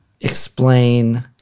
explain